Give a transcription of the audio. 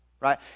right